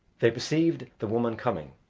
they perceived the woman coming,